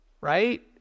right